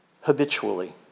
habitually